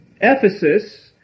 Ephesus